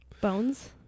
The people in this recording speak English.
Bones